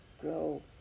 grow